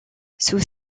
sous